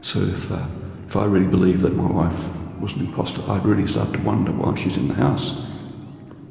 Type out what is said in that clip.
so if if i really believed that my wife was an imposter i'd really start to wonder why she's in the house